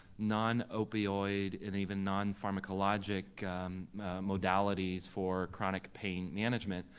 non-opioid and even non-pharmacologic modalities for chronic pain management.